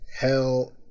Hell